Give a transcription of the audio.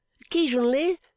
occasionally